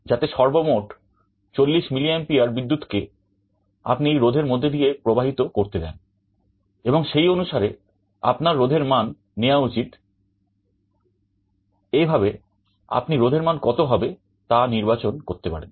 যাতে সর্বমোট 40 mA বিদ্যুৎ কে আপনি এই রোধের মধ্যে দিয়ে প্রবাহিত করতে দেন এবং সেই অনুসারে আপনার রোধের মান নেয়া উচিত এভাবে আপনি রোধের মান কত হবে তা নির্বাচন করতে পারেন